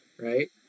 right